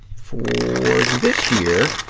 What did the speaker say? for this year,